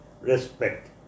respect